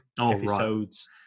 episodes